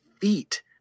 feet